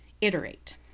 iterate